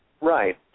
right